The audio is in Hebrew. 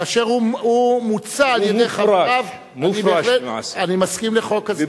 כאשר הוא מוצא על-ידי חבריו אני בהחלט מסכים לחוק כזה.